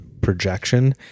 projection